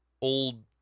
old